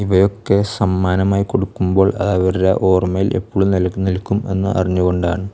ഇവയൊക്കെ സമ്മാനമായി കൊടുക്കുമ്പോൾ അവരുടെ ഓർമ്മയിൽ എപ്പോഴും നിലനിൽക്കും എന്ന് അറിഞ്ഞു കൊണ്ടാണ്